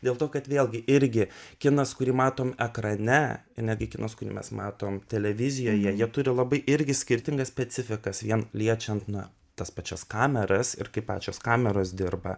dėl to kad vėlgi irgi kinas kurį matom ekrane ir netgi kinas kurį mes matom televizijoje jie turi labai irgi skirtingas specifikas vien liečiant na tas pačias kameras ir kai pačios kameros dirba